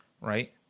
right